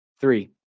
Three